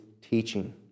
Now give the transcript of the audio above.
teaching